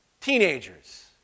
teenagers